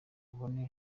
abone